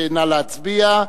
נא להצביע.